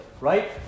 right